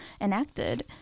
enacted